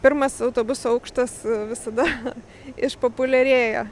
pirmas autobuso aukštas visada išpopuliarėja